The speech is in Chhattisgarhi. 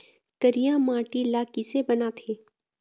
करिया माटी ला किसे बनाथे?